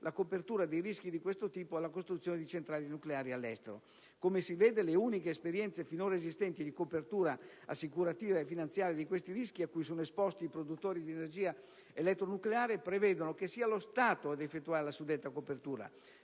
la copertura dei rischi di questo tipo alla costruzione di centrali nucleari all'estero. Come si vede, le uniche esperienze finora esistenti di copertura assicurativa e finanziaria dei rischi a cui sono esposti i produttori di energia elettronucleare prevedono che sia lo Stato ad effettuare la suddetta copertura.